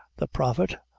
the prophet,